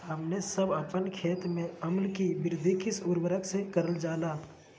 हमने सब अपन खेत में अम्ल कि वृद्धि किस उर्वरक से करलजाला?